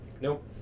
Nope